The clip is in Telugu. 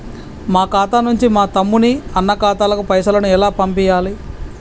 మా ఖాతా నుంచి మా తమ్ముని, అన్న ఖాతాకు పైసలను ఎలా పంపియ్యాలి?